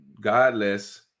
godless